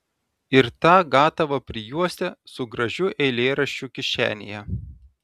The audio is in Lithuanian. ir tą gatavą prijuostę su gražiu eilėraščiu kišenėje